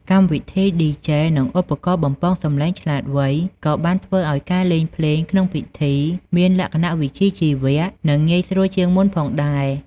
កម្មវិធីឌីជេ និងឧបករណ៍បំពងសម្លេងឆ្លាតវៃក៏បានធ្វើឱ្យការលេងភ្លេងក្នុងពិធីមានលក្ខណៈវិជ្ជាជីវៈ និងងាយស្រួលជាងមុនផងដែរ។